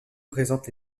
présente